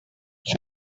that